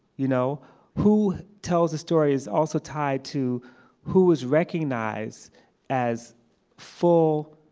you know who tells the story is also tied to who is recognized as full,